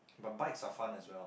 but bikes are fun as well